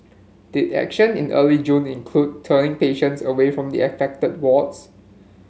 did action in early June include turning patients away from the affected wards